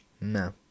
No